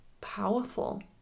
powerful